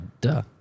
duh